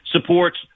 supports